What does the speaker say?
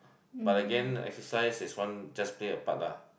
but again exercise is one just play a part lah